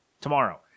tomorrow